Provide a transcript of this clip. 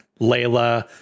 layla